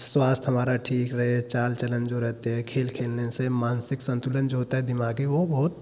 स्वास्थ्य हमारा ठीक रहे चाल चलन जो रहते हैं खेल खेलने से मानसिक संतुलन जो होता है दिमाग़ी वो बहुत